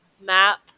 map